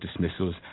dismissals